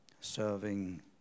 serving